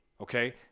okay